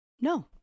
No